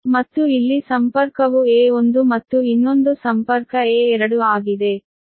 ಮತ್ತು ಇಲ್ಲಿ ಸಂಪರ್ಕವು A1 ಮತ್ತು ಇನ್ನೊಂದು ಸಂಪರ್ಕ A2 ಆಗಿದೆ